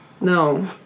No